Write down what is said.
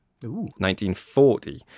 1940